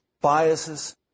biases